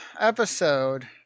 episode